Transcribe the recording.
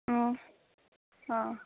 आ